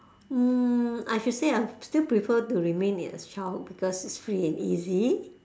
um I should say I'll still prefer to remain in a childhood because it is free and easy